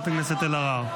אלהרר.